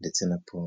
ndetse na pome.